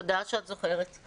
תודה שאת זוכרת.